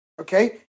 Okay